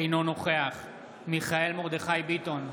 אינו נוכח מיכאל מרדכי ביטון,